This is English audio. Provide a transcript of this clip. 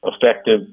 effective